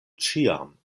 ĉiam